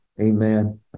Amen